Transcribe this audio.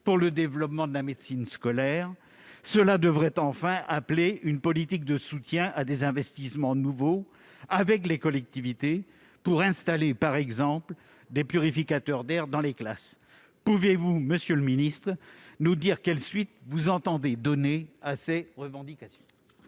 pour le développement de la médecine scolaire. Cela devrait appeler, enfin, une politique de soutien à des investissements nouveaux avec les collectivités, pour installer, par exemple, des purificateurs d'air dans les classes. Pouvez-vous nous dire, monsieur le ministre, les suites que vous entendez donner à ces revendications ?